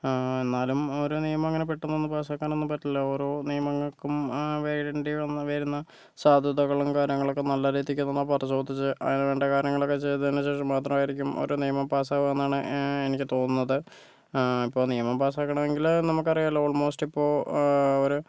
എന്നാലും ഓരോ നിയമോം അങ്ങനെ പെട്ടെന്നൊന്നും പാസ്സാക്കാനൊന്നും പറ്റില്ല ഓരോ നിയമങ്ങൾക്കും വേണ്ടി വരുന്ന സാധുതകളും കാര്യങ്ങളും ഒക്കെ നല്ല രീതിക്ക് തന്നെ പരിശോധിച്ച് അതിന് വേണ്ട കാര്യങ്ങളൊക്കെ ചെയ്തതിനു ശേഷം മാത്രമായിരിക്കും ഓരോ നിയമം പാസാവുക എന്നാണ് എനിക്ക് തോന്നുന്നത് ഇപ്പൊൾ നിയമം പാസാകണമെങ്കില് നമുക്ക് അറിയാലോ ഓൾമോസ്റ്റ് ഇപ്പോ അവര്